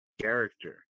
character